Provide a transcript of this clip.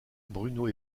bruno